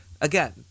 Again